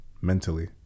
mentally